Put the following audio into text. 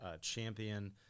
Champion